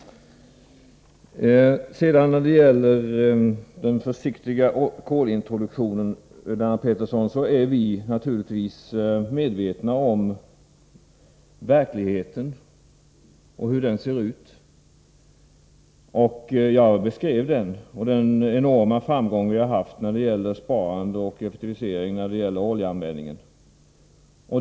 När det gäller den försiktiga kolintroduktionen, Lennart Pettersson, är vi naturligtvis medvetna om hur verkligheten ser ut. Jag beskrev den — och den enorma framgång vi har haft i fråga om sparande och effektivisering av oljeanvändningen.